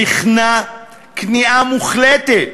נכנע כניעה מוחלטת